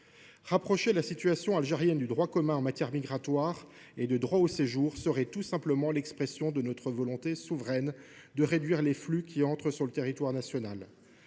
Rapprocher la situation algérienne du droit commun en matière migratoire et de droit au séjour serait tout simplement l’expression de notre volonté souveraine de réduire les flux d’entrée sur le territoire national.